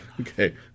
Okay